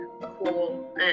cool